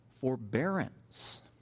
forbearance